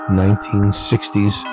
1960s